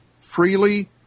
freely